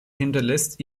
hinterlässt